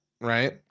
Right